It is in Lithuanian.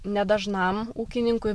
ne dažnam ūkininkui